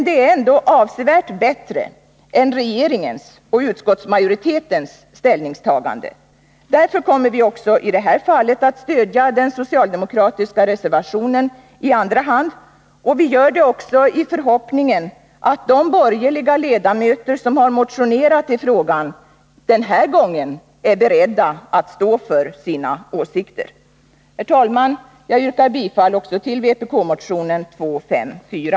Det är emellertid avsevärt bättre än regeringens och utskottsmajoritetens ställningstagande. Därför kommer vi också i detta fall att stödja den socialdemokratiska reservationen i andra hand, och vi gör det också i förhoppningen om att de borgerliga ledamöter som har motionerat i frågan är beredda att stå för sina åsikter den här gången. Herr talman! Jag yrkar bifall också till vpk-motionen 254.